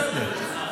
שתה, שתה, הכול בסדר.